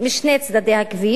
משני צדי הכביש,